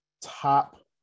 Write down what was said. Top